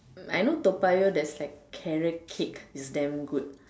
I know Toa-Payoh there's like carrot cake it's damn good